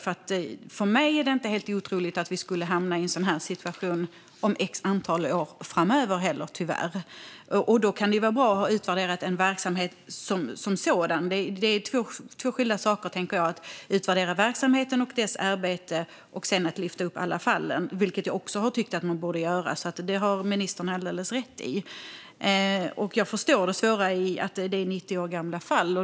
För mig är det tyvärr inte helt otroligt att vi skulle kunna hamna i en sådan här situation om ett antal år framöver. Då kan det vara bra att ha utvärderat en verksamhet som sådan. Att det är två skilda saker att utvärdera verksamheten och dess arbete och att sedan ta upp alla fallen, vilket jag också tycker att man borde göra, har ministern alldeles rätt i. Jag förstår det svåra i att det är 90 år gamla fall.